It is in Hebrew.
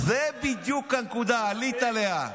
זו בדיוק הנקודה, עלית עליה.